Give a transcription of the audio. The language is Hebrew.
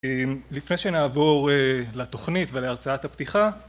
לפני שנעבור לתוכנית ולהרצאת הפתיחה